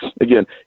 again